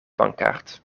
bankkaart